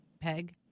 Peg